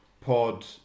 pod